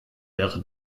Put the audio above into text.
wäre